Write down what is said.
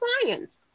clients